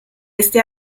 este